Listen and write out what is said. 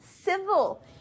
civil